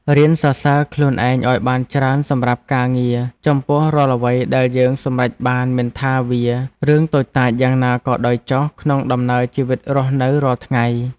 រៀនសរសើរខ្លួនឯងឱ្យបានច្រើនសម្រាប់ការងារចំពោះរាល់អ្វីដែលយើងសម្រេចបានមិនថាវារឿងតូចតាចយ៉ាងណាក៏ដោយចុះក្នុងដំណើរជីវិតរស់នៅរាល់ថ្ងៃ។